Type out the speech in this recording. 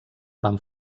van